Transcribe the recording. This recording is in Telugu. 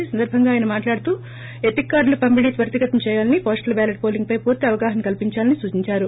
ఈ సందర్భంగా ఆయన మాట్లాడుతూ ఎపిక్ కార్డులు పంపిణీ త్వరితగతిన చేయాలని పోస్టల్ బ్యాలట్ పోలింగ్ పై పూర్తీ అవగాహన కల్పించాలని సూచించారు